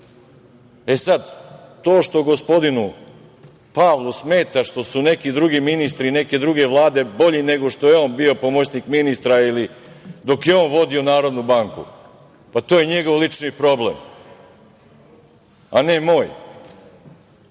sada, to što gospodinu Pavlu smeta što su neki drugi ministri bolji i neke druge vlade bolje nego što je on bio pomoćnik ministra ili dok je on vodio Narodnu banku, to je njegov lični problem, a ne moj.